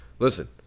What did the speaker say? Listen